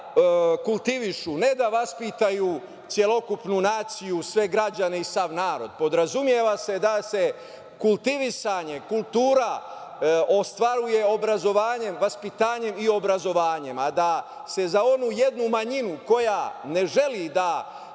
da kultivišu, ne da vaspitaju celokupnu naciju, sve građane i sav narod, podrazumeva se da se kultivisanje kultura ostvaruje obrazovanjem, vaspitanjem i obrazovanjem, a da se za onu jednu manjinu koja ne želi da